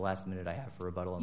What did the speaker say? last minute i have for a bottle and